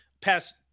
past